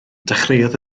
dechreuodd